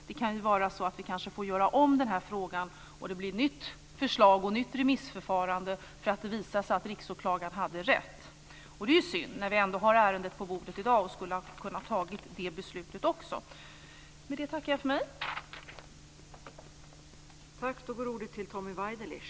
Vi får kanske ta upp denna fråga igen, och det blir kanske ett nytt förslag och ett nytt remissförfarande för att det visar sig att Riksåklagaren hade rätt. Det är synd. Vi har ärendet på bordet i dag och skulle ha kunnat ta också det beslutet. Med det tackar jag för mig.